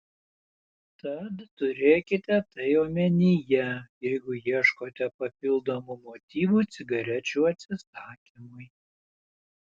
tad turėkite tai omenyje jeigu ieškote papildomų motyvų cigarečių atsisakymui